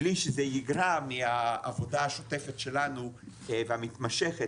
בלי שזה יגרע מהעבודה השוטפת שלנו והמתמשכת